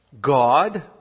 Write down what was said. God